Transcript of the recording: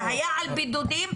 זה היה על בידודים,